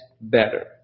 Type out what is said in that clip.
better